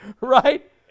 Right